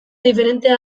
diferentea